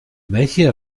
welche